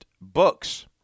books